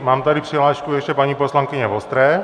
Mám tady přihlášku ještě paní poslankyně Vostré.